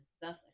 thus